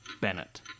Bennett